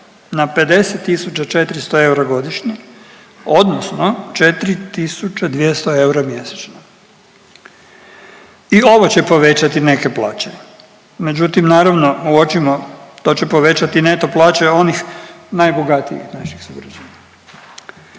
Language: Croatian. na 50 400 eura godišnje, odnosno 4200 eura mjesečno. I ovo će povećati neke plaće, međutim naravno u očima to će povećati neto plaće onih najbogatijih naših sugrađana.